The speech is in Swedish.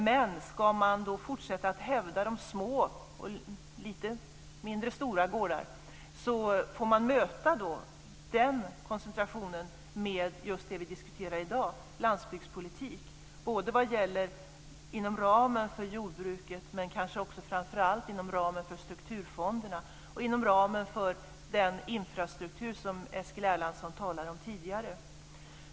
Men ska man då fortsätta att hävda små och så att säga lite mindre stora gårdar får man möta den koncentrationen med just det vi diskuterar i dag, landsbygdspolitik, både inom ramen för jordbruket och kanske framför allt inom ramen för strukturfonderna och inom ramen för den infrastruktur som Eskil Erlandsson talade om tidigare.